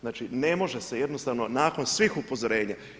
Znači ne može se jednostavno nakon svih upozorenja.